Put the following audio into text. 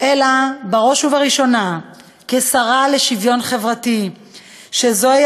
אלא בראש ובראשונה כשרה לשוויון חברתי שזוהי